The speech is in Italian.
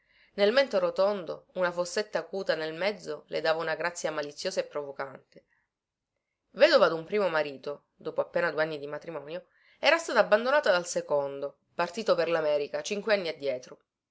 nel mento rotondo una fossetta acuta nel mezzo le dava una grazia maliziosa e provocante vedova dun primo marito dopo appena due anni di matrimonio era stata abbandonata dal secondo partito per lamerica cinque anni addietro